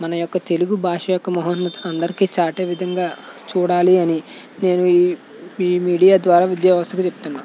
మన యొక్క తెలుగు భాష యొక్క మహోన్నతి అందరికి చాటే విధంగా చూడాలి అని నేను ఈ ఈ మీడియా ద్వారా విద్యావ్యవస్థకి చెప్తున్నా